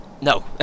No